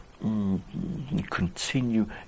continue